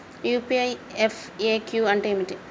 UPI FAQ అంటే ఏమిటి?